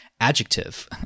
adjective